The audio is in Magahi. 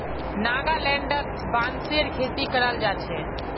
नागालैंडत बांसेर खेती कराल जा छे